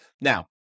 Now